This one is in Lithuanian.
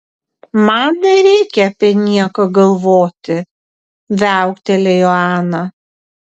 man nereikia apie nieką galvoti viauktelėjo ana